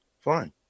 Fine